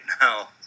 now